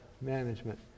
management